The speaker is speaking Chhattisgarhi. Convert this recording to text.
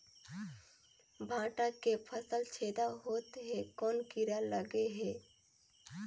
भांटा के फल छेदा होत हे कौन कीरा लगे हे?